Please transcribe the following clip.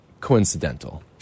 coincidental